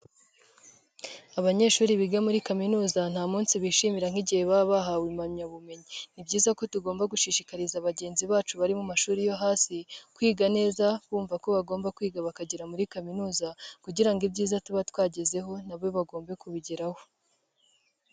Abanyeshuri biga muri kaminuza nta munsi bishimira nk'igihe baba bahawe impamyabumenyi. Ni byiza ko tugomba gushishikariza bagenzi bacu bari mu mashuri yo hasi, kwiga neza bumva ko bagomba kwiga bakagera muri kaminuza, kugira ngo ibyiza tuba twagezeho nabo bagombe kubigeraho.